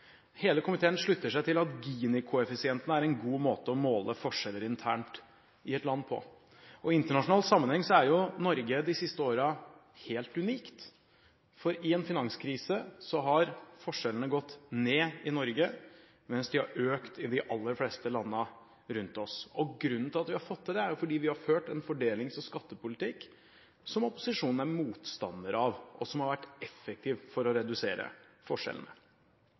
de siste årene, for i en finanskrise har forskjellene gått ned i Norge, mens de har økt i de aller fleste landene rundt oss. Grunnen til at vi har fått til det, er at vi har ført en fordelings- og skattepolitikk – som opposisjonen er motstander av – som har vært effektiv for å redusere forskjellene.